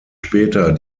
später